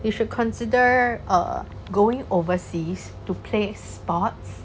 you should consider err going overseas to play sports